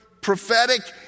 prophetic